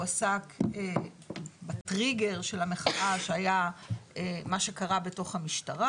הוא עסק בטריגר של המחאה שהיה מה שקרה בתוך המשטרה.